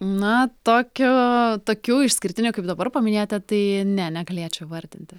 na tokio tokių išskirtinių kaip dabar paminėjote tai ne negalėčiau įvardinti